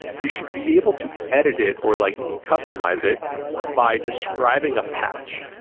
you should be able to edit it or like customize it by describing a patch,